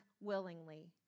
willingly